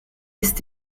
ist